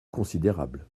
considérable